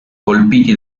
colpiti